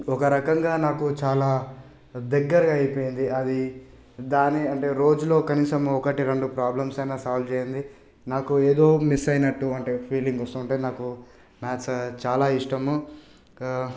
ఒక రకంగా నాకు చాలా దగ్గరగా అయిపోయింది అది దాన్ని అంటే రోజులో కనీసం ఒకటి రెండు ప్రాబ్లమ్స్ అయినా సాల్వ్ చేయనిది నాకు ఏదో మిస్ అయినట్టు అంటే ఫీలింగ్ వస్తుంటే నాకు మాథ్స్ చాలా ఇష్టము